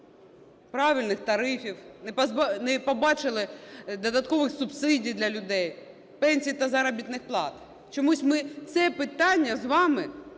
правильних тарифів, не побачили додаткових субсидій для людей, пенсій та заробітних плат. Чомусь ми це питання з вами не